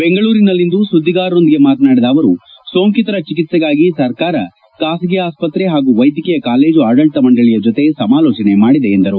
ಬೆಂಗಳೂರಿನಲ್ಲಿಂದು ಸುದ್ದಿಗಾರರೊಂದಿಗೆ ಮಾತನಾಡಿದ ಅವರು ಸೋಂಕಿತರ ಚಿಕಿತ್ಸೆಗಾಗಿ ಸರ್ಕಾರ ಖಾಸಗಿ ಆಸ್ಪತ್ರೆ ಹಾಗೂ ವೈದ್ಯಕೀಯ ಕಾಲೇಜು ಆಡಳತ ಮಂಡಳಿಯ ಜೊತೆ ಸಮಾಲೋಚನೆ ಮಾಡಿದೆ ಎಂದರು